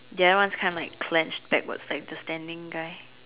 the other one is kind of like clenched backwards like the standing guy